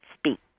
speak